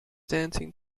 dancing